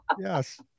Yes